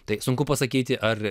tai sunku pasakyti ar